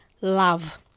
love